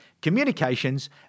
communications